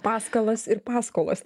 paskalas ir paskolas